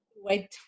Wait